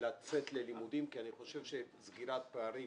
לצאת ללימודים כי אני חושב שסגירת פערים